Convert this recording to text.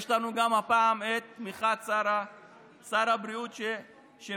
הפעם יש לנו גם את תמיכת שר הבריאות המכהן,